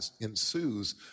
ensues